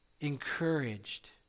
encouraged